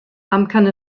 amcan